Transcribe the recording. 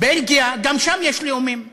בלגיה, גם שם יש לאומים שונים,